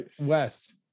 West